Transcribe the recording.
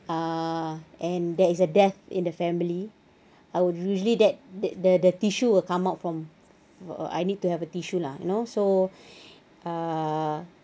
uh and there is a death in the family I would usually that that the the tissue will come out from err I need to have a tissue lah you know so uh